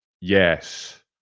yes